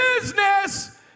business